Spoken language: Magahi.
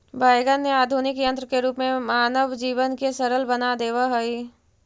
वैगन ने आधुनिक यन्त्र के रूप में मानव जीवन के सरल बना देवऽ हई